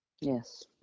Yes